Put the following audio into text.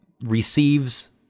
receives